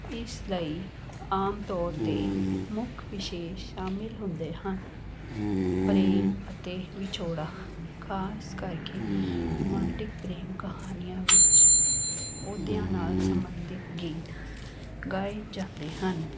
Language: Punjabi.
ਇਸ ਲਈ ਆਮ ਤੌਰ 'ਤੇ ਮੁੱਖ ਵਿਸ਼ੇ ਸ਼ਾਮਿਲ ਹੁੰਦੇ ਹਨ ਪ੍ਰੇਮ ਅਤੇ ਵਿਛੋੜਾ ਖਾਸ ਕਰਕੇ ਰੋਮਾਂਟਿਕ ਪ੍ਰੇਮ ਕਹਾਣੀਆਂ ਵਿੱਚ ਓਦਿਆਂ ਨਾਲ ਸੰਬੰਧਿਤ ਗੀਤ ਗਾਏ ਜਾਂਦੇ ਹਨ